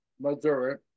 Missouri